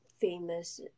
famous